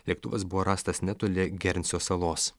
lėktuvas buvo rastas netoli gerinso salos